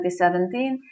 2017